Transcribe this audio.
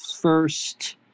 first